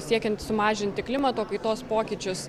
siekiant sumažinti klimato kaitos pokyčius